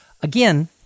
Again –